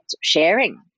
sharing